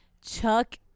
Chuck